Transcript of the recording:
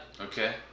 okay